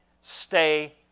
stay